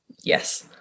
yes